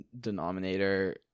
denominator